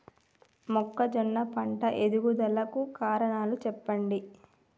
మొక్కజొన్న పంట ఎదుగుదల కు కారణాలు చెప్పండి?